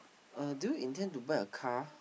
uh do you intend to buy a car